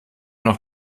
noch